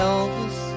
Elvis